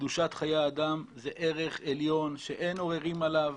קדושת חיי אדם זה ערך עליון שאין עוררין עליו.